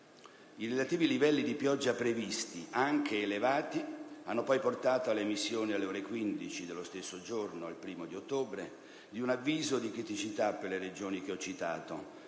I relativi livelli di pioggia previsti, anche elevati, hanno poi portato all'emissione, alle ore 15, dello stesso giorno 1° ottobre, di un avviso di criticità per le regioni che ho citato,